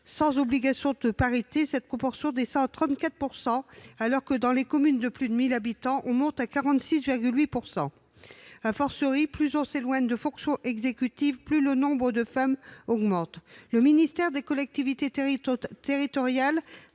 sans obligation de parité, cette proportion descend à 34 %; or, dans les communes de plus de 1 000 habitants, elle s'élève à 46,8 %., plus on s'éloigne de fonctions exécutives, plus le nombre de femmes augmente. Le ministère de la cohésion des territoires